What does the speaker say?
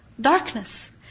darkness